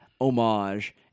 homage